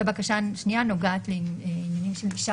ובקשה שנייה נוגעת לעניינים של אישה